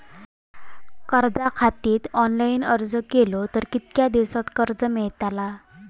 कर्जा खातीत ऑनलाईन अर्ज केलो तर कितक्या दिवसात कर्ज मेलतला?